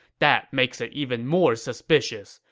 that makes it even more suspicious.